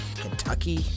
Kentucky